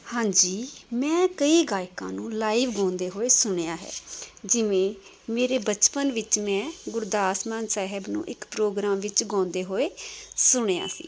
ਹਾਂਜੀ ਮੈਂ ਕਈ ਗਾਇਕਾਂ ਨੂੰ ਲਾਈਵ ਗਾਉਂਦੇ ਹੋਏ ਸੁਣਿਆ ਹੈ ਜਿਵੇਂ ਮੇਰੇ ਬਚਪਨ ਵਿੱਚ ਮੈਂ ਗੁਰਦਾਸ ਮਾਨ ਸਾਹਿਬ ਨੂੰ ਇੱਕ ਪ੍ਰੋਗਰਾਮ ਵਿੱਚ ਗਾਉਂਦੇ ਹੋਏ ਸੁਣਿਆ ਸੀ